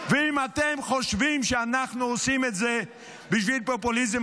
ואם אתם חושבים שאנחנו עושים את זה בשביל פופוליזם,